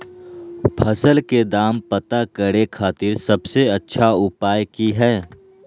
फसल के दाम पता करे खातिर सबसे अच्छा उपाय की हय?